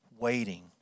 waiting